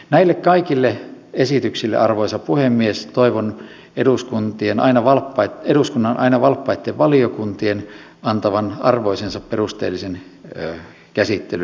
näille kaikille esityksille arvoisa puhemies toivon eduskunnan aina valppaitten valiokuntien antavan arvoisensa perusteellisen käsittelyn